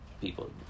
people